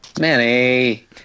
manny